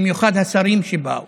במיוחד השרים שבאו.